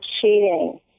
cheating